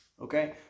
Okay